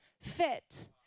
fit